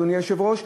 אדוני היושב-ראש,